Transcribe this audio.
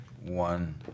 One